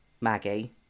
maggie